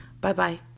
Bye-bye